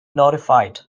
notified